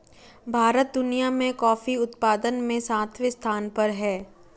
भारत दुनिया में कॉफी उत्पादन में सातवें स्थान पर है